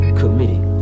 committee